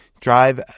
drive